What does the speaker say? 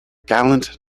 gallant